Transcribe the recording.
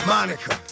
Monica